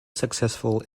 successful